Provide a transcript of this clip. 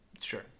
Sure